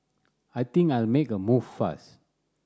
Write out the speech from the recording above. I think I'll make a move first